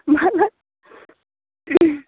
माला